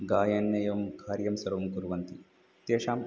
गायनम् एवं कार्यं सर्वं कुर्वन्ति तेषाम्